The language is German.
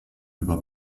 über